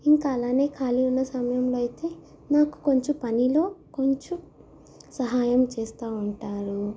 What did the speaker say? ఇంకా అలానే ఖాళీ ఉన్న సమయంలో అయితే నాకు కొంచెం పనిలో కొంచెం సహాయం చేస్తూ ఉంటారు